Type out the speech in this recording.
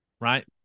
right